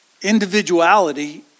individuality